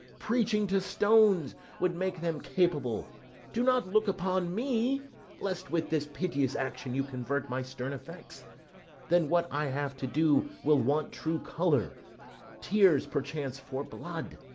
preaching to stones, would make them capable do not look upon me lest with this piteous action you convert my stern effects then what i have to do will want true colour tears perchance for blood.